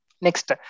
Next